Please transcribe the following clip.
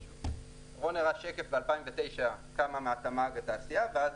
רון הראה שקף ב-2009 כמה מהתמ"ג זה בתעשייה ואז